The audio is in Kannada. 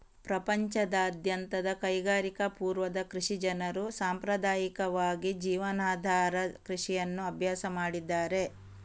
ಪ್ರಪಂಚದಾದ್ಯಂತದ ಕೈಗಾರಿಕಾ ಪೂರ್ವದ ಕೃಷಿ ಜನರು ಸಾಂಪ್ರದಾಯಿಕವಾಗಿ ಜೀವನಾಧಾರ ಕೃಷಿಯನ್ನು ಅಭ್ಯಾಸ ಮಾಡಿದ್ದಾರೆ